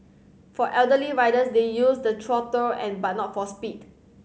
for elderly riders they use the throttle and but not for speed